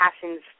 passions